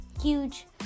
huge